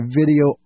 video